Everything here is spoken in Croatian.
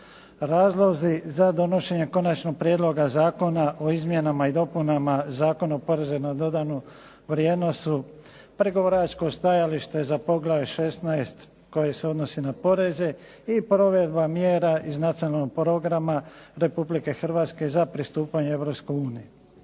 Razlozi za donošenje Konačnog prijedloga zakona o Izmjenama i dopunama Zakona o porezu na dodanu vrijednost su pregovaračko stajalište za poglavlje 16 koje se odnosi na poreze i provedba mjera iz nacionalnog programa Republike Hrvatske za pristupanje